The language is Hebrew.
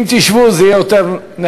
אם תשבו זה יהיה יותר נחמד.